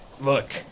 Look